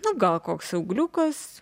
nu gal koks augliukas